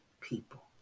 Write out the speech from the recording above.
people